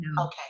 Okay